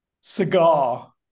Cigar